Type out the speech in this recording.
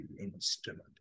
instrument